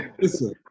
Listen